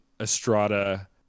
Estrada